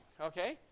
okay